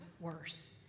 worse